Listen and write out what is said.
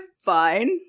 Fine